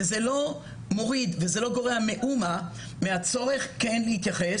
זה לא גורע מאומה מהצורך כן להתייחס,